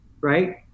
right